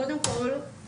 קודם כל,